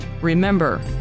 Remember